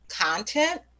content